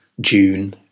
june